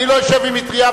אני לא אשב עם מטרייה,